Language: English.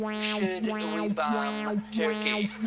should we bomb turkey?